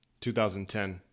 2010